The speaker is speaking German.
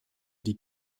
die